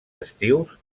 estius